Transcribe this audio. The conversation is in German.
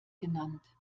genannt